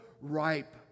ripe